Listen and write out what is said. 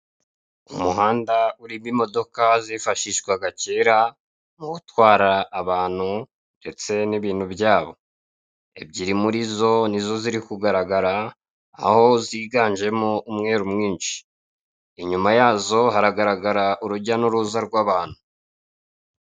Umuhanda urimo imodoka zifashishwaga kera mu gutwara abantu ndetse n'ibintu byabo. Ebyiri muri zo nizo ziri kugaragara aho ziganjemo umweru mwinshi. Inyuma yazo haragaragara urujya n'uruza rw'abantu.